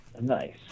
Nice